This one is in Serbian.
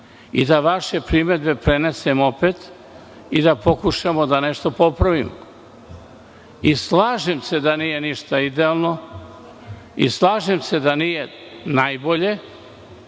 i da vaše primedbe prenesem opet, i da pokušamo nešto da popravimo. Slažem se da nije ništa idealno, slažem se da nije najbolje,